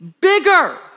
bigger